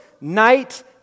night